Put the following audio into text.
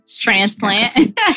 transplant